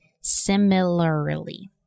similarly